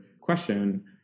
question